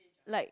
like